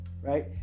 right